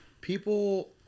people